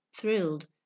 thrilled